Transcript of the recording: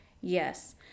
Yes